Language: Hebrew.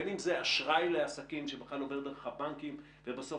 בין אם זה אשראי לעסקים שעובר דרך הבנקים ובסוף